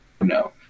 no